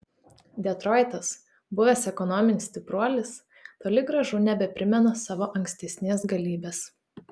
detroitas buvęs ekonominis stipruolis toli gražu nebeprimena savo ankstesnės galybės